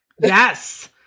yes